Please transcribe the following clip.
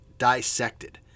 dissected